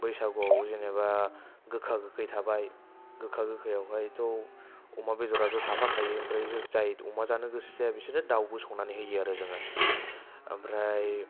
बैसागुवाव जेनबा गोखा गोखै थाबाय गोखा गोखैआवहायथ' अमा बेदराथ' थाफाखायो ओमफ्राय जाय अमा जानो गोसो जाया बिसोरनो दाउबो संनानै होयो आरो जोङो ओमफ्राय